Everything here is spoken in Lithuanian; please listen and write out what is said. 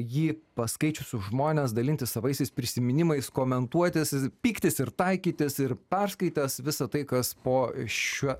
jį paskaičiusius žmones dalintis savaisiais prisiminimais komentuotis ir pyktis ir taikytis ir perskaitęs visa tai kas po šiuo